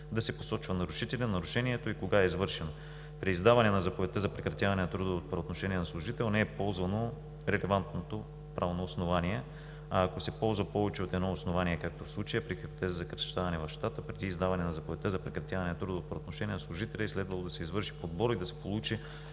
да се посочва нарушителят, нарушението и кога е извършено. При издаване на заповедта за прекратяване на трудовото правоотношение на служителя не е ползвано релевантното правно основание, а ако се ползва повече от едно основание, както в случая – при хипотеза съкращаване в щата, преди издаване на заповедта за прекратяване на трудовото правоотношение на служителя е следвало да се извърши подбор и да се получи